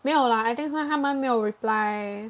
没有啦 I think 是他们没有 reply